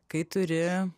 kai turi